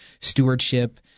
stewardship